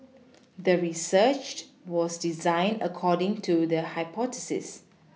the researched was designed according to the hypothesis